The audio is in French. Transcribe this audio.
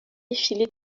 défiler